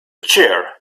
chair